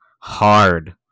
hard